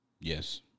Yes